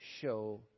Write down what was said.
show